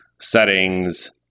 settings